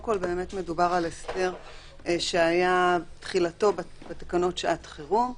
ראשית, מדובר בהסדר שתחילתו היה בתקנות שעת חירום.